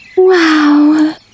Wow